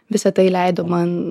visa tai leido man